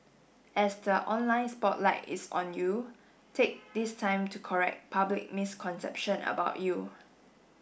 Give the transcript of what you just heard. as the online spotlight is on you take this time to correct public misconception about you